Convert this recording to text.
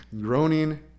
Groaning